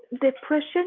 depression